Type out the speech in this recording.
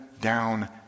down